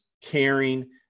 caring